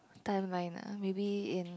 timeline ah maybe in